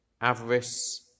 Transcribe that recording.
Avarice